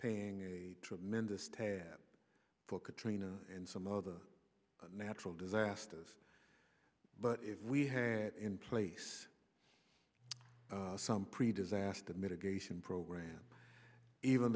paying a tremendous tab for katrina and some other natural disasters but if we had in place some pre disaster mitigation program even